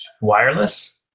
wireless